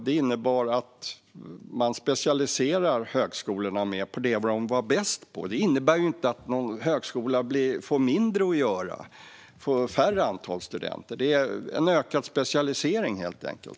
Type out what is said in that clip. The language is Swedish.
Det innebar att man specialiserade högskolorna mer på det de var bäst på. Det innebär inte att någon högskola får mindre att göra och färre antal studenter. Det är en ökad specialisering, helt enkelt.